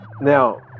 now